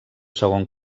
segon